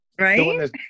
Right